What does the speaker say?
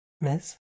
Miss